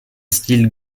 style